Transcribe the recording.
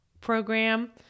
program